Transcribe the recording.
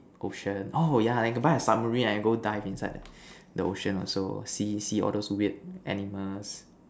ocean oh yeah and can buy a submarine I go dive inside the ocean also see see all those weird animals